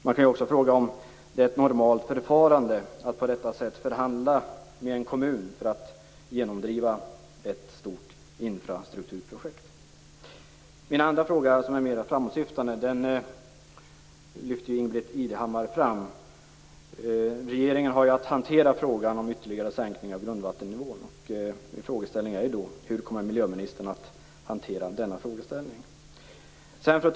Man kan också fråga sig om det är ett normalt förfarande att på detta sätt förhandla med en kommun för att genomdriva ett stort infrastrukturprojekt. Min andra fråga, som är mera framåtsyftande, lyfte också Ingbritt Irhammar fram. Regeringen har ju att hantera frågan om ytterligare sänkning av grundvattennivån. Hur kommer miljöministern att hantera den frågan?